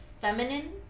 feminine